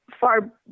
far